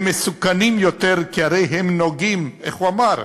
והם מסוכנים יותר, כי הרי הם נוגעים, איך הוא אמר?